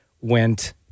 went